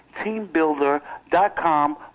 teambuilder.com